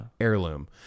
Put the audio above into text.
Heirloom